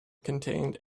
contained